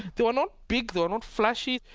they were not big, they were not flashy,